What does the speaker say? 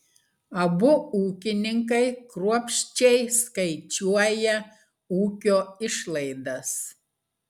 abu ūkininkai kruopščiai skaičiuoja ūkio išlaidas